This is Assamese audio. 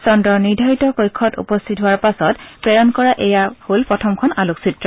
চন্দ্ৰৰ নিৰ্ধাৰিত কক্ষত উপস্থিত হোৱাৰ পাছত প্ৰেৰণ কৰা এয়া প্ৰথম আলোকচিত্ৰ